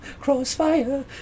Crossfire